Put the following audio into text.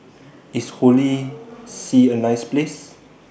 IS Holy See A nice Place